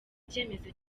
icyemezo